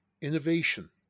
innovation